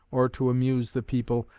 or to amuse the people,